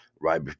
right